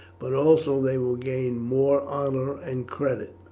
but also they will gain more honour and credit.